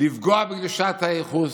לפגוע בקדושת הייחוס,